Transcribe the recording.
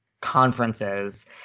conferences